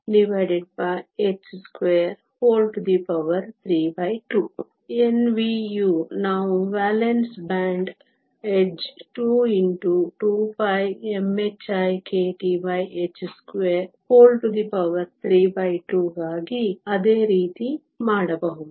Nv ಯು ನಾವು valence band edge 22πmhikTh232 ಗಾಗಿ ಅದೇ ರೀತಿ ಮಾಡಬಹುದು